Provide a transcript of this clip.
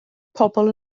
pobl